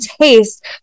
taste